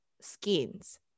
skins